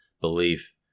belief